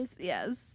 yes